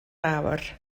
awr